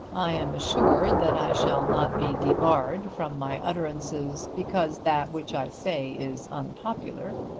i am assured that i shall not be debarred from my utterances because that which i say is unpopular.